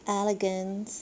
elegance